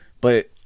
but-